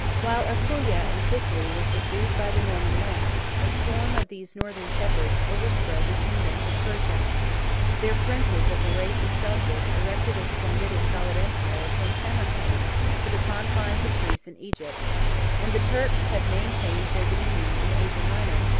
while apulia and sicily were subdued by the norman lance, a swarm of these northern shepherds overspread the kingdoms of persia their princes of the race of seljuk erected a splendid and solid empire from samarcand to the confines of greece and egypt and the turks have maintained their dominion in asia minor,